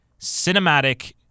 cinematic